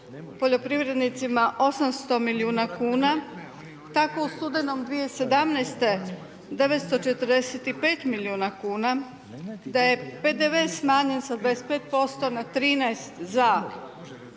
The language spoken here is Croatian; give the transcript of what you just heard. poljoprivrednicima 800 milijuna kuna, tako u studenom 2017. 945 milijuna kuna, da je PDV smanjen sa 25% na 13 za